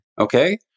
okay